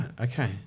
Okay